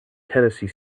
tennessee